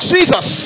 Jesus